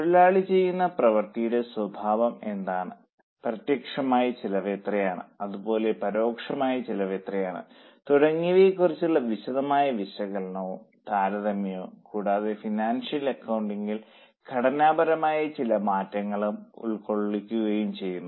തൊഴിലാളി ചെയ്യുന്ന പ്രവർത്തിയുടെ സ്വഭാവം എന്താണ് പ്രത്യക്ഷമായ ചെലവ് എത്രയാണ് അതുപോലെ പരോക്ഷമായ ചെലവ് എത്രയാണ് തുടങ്ങിയവയെ കുറിച്ചുള്ള വിശദമായ വിശകലനവും താരതമ്യവും കൂടാതെ ഫിനാൻഷ്യൽ അകൌണ്ടിംഗിൽ ഘടനാപരമായ ചില മാറ്റങ്ങൾ ഉൾക്കൊള്ളിക്കുകയും ചെയ്യുന്നു